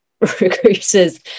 recruiters